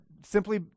simply